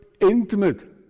intimate